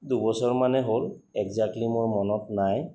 দুবছৰমানেই হ'ল এক্জেক্টলি মোৰ মনত নাই